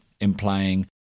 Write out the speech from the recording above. implying